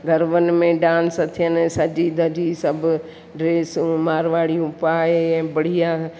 गरबनि में डांस थियनि सजी धजी सभु ड्रेसूं मारवाड़ियूं पाए ऐं बढ़िया